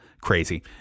crazy